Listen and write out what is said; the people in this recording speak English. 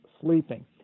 sleeping